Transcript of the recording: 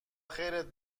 خیرت